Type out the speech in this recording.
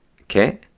Okay